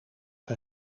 hij